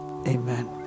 Amen